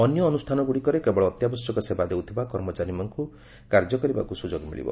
ଅନ୍ୟ ଅନୁଷ୍ଠାନଗୁଡ଼ିକରେ କେବଳ ଅତ୍ୟାବଶ୍ୟକ ସେବା ଦେଉଥିବା କର୍ମଚାରୀମାନଙ୍କୁ କାର୍ଯ୍ୟ କରିବାକୁ ସୁଯୋଗ ମିଳିବ